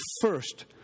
first